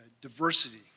diversity